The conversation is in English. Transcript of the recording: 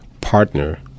partner